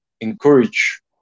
encourage